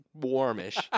warmish